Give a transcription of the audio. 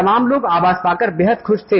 तमाम लोग आवास पाकर बेहद खुश थे